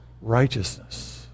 Righteousness